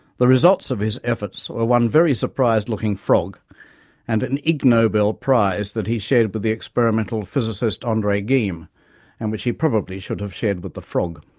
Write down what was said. the results of his efforts were one very surprised looking frog and an ig nobel prize that he shared with the experimental physicist andre geim and which he probably should have shared with the frog.